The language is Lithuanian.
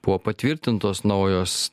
buvo patvirtintos naujos